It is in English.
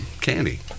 candy